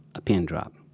a pin drop.